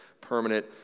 permanent